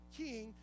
king